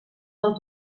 del